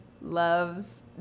loves